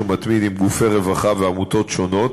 מתמיד עם גופי רווחה ועמותות שונות,